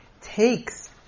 takes